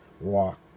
Walk